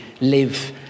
live